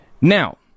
Now